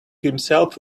himself